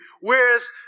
Whereas